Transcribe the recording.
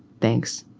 thanks.